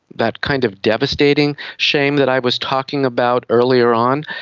that kind of devastating shame that i was talking about earlier on,